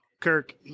Kirk